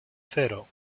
cero